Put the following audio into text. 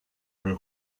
her